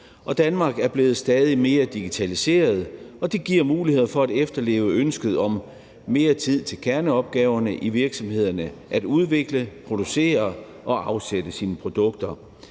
Danmark er blevet stadig mere digitaliseret, og det giver muligheder for at efterleve ønsket om mere tid til kerneopgaverne i virksomhederne: at udvikle, producere og afsætte sine produkter.